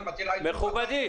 מכובדי,